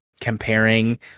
Comparing